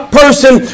person